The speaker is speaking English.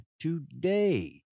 today